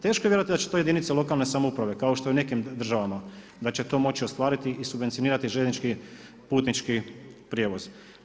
Teško je vjerovati da će to jedinice lokalne samouprave kao što je u nekim državama da će to moći ostvariti i subvencionirati željeznički putnički prijevoz.